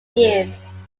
years